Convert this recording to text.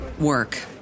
work